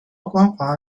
光滑